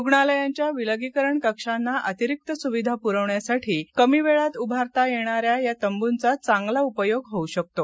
रुग्णालयांच्या विलगीकरण कक्षांना अतिरिक्त सुविधा पुरवण्यासाठी कमी वेळात उभारता येणाऱ्या या तंबुंचा चांगला उपयोग होऊ शकतो